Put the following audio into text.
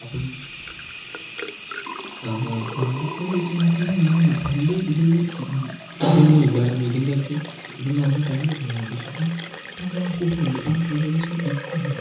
അപ്പം പണ്ടത്തെ വെച്ച് നോക്കുമ്പം നല്ല മാ പണ്ട് ഇതൊന്നും ഇതൊന്നും ഇല്ലായിരുന്നു ഇതിന്റെയൊക്കെ ഇതെന്ന് പറഞ്ഞാൽ ഭയങ്കര കുറവാ പക്ഷേ ഇപ്പം നല്ലോണം കൂടുന്നുണ്ടിപ്പം ഏകദേശം ഈക്വലാണ്